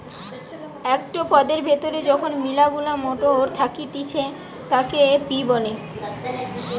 একটো পদের ভেতরে যখন মিলা গুলা মটর থাকতিছে তাকে পি বলে